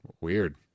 Weird